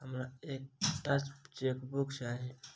हमरा एक टा चेकबुक चाहि